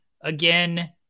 again